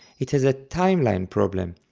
it has a timeline problem,